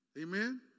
Amen